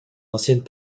anciennes